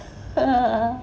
er